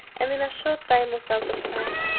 and in a short time was out of sight.